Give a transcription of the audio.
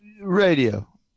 radio